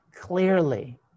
clearly